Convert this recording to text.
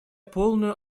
полную